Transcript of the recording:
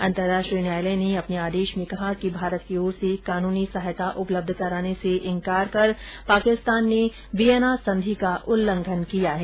अंतर्राष्ट्रीय न्यायालय ने अपने आदेश में कहा कि भारत की ओर से कानूनी सहायता उपलब्ध कराने से इंकार कर पाकिस्तान ने वियना संधि का उल्लंघन किया है